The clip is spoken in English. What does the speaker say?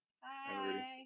Hi